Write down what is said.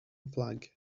flag